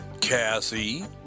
Cassie